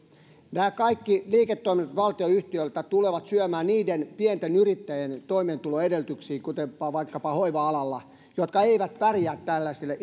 nämä kaikki liiketoiminnat valtionyhtiöltä tulevat syömään niiden pienten yrittäjien toimeentuloedellytyksiä kuten vaikkapa hoiva alalla jotka eivät pärjää tällaiselle